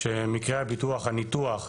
שמקרה הביטוח, הניתוח,